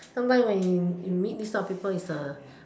sometime when you you meet this type of people it's